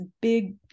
big